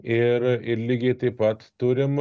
ir ir lygiai taip pat turim